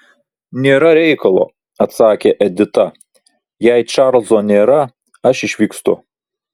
nėra reikalo atsakė edita jei čarlzo nėra aš išvykstu